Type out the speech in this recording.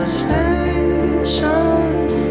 stations